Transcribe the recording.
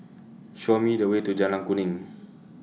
Show Me The Way to Jalan Kuning